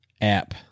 app